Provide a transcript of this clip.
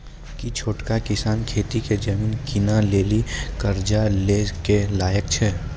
कि छोटका किसान खेती के जमीन किनै लेली कर्जा लै के लायक छै?